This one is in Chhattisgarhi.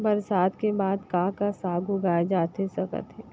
बरसात के बाद का का साग उगाए जाथे सकत हे?